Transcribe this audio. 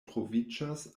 troviĝas